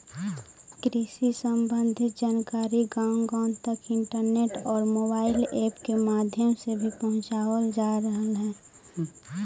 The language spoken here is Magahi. कृषि संबंधी जानकारी गांव गांव तक इंटरनेट और मोबाइल ऐप के माध्यम से भी पहुंचावल जा रहलई हे